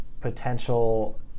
potential